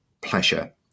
pleasure